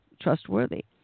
trustworthy